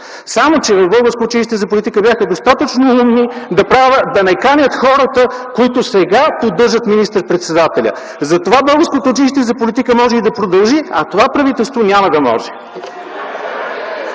Само че в Българско училище за политика бяха достатъчно умни да не канят хората, които сега поддържат министър-председателя. Затова Българското училище за политика може и да продължи, а това правителство няма да може!